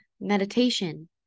meditation